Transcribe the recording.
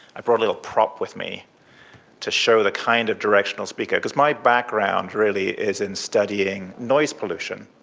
i brought a little prop with me to show the kind of directional speaker, because my background really is in studying noise pollution,